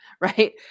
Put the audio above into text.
right